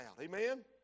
Amen